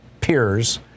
peers